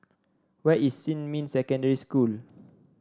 where is Xinmin Secondary School